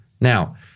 Now